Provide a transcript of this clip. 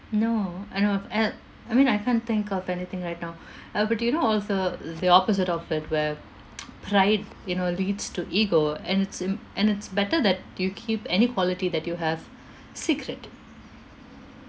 no I don't have at I mean I can't think of anything right now uh but you know also the opposite of it where pride you know leads to ego and it's im~ and it's better that you keep any quality that you have secret